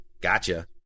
Gotcha